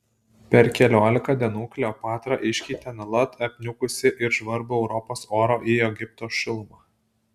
per keliolika dienų kleopatra iškeitė nuolat apniukusį ir žvarbų europos orą į egipto šilumą